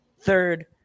Third